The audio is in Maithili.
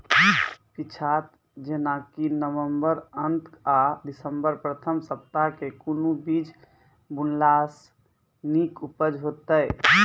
पीछात जेनाकि नवम्बर अंत आ दिसम्बर प्रथम सप्ताह मे कून बीज बुनलास नीक उपज हेते?